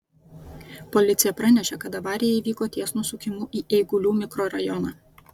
policija pranešė kad avarija įvyko ties nusukimu į eigulių mikrorajoną